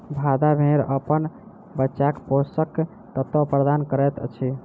मादा भेड़ अपन बच्चाक पोषक तत्व प्रदान करैत अछि